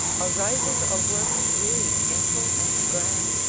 arises a work really ample and grand,